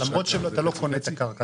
למרות שאתה לא קונה את הקרקע.